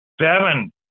seven